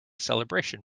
celebration